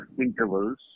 intervals